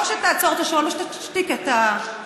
או שתעצור את השעון או שתשתיק את המתפרצים,